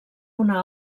una